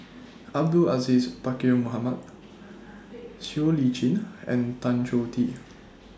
Abdul Aziz Pakkeer Mohamed Siow Lee Chin and Tan Choh Tee